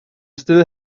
still